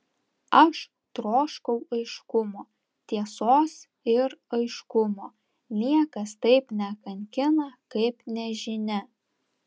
aš troškau aiškumo tiesos ir aiškumo niekas taip nekankina kaip nežinia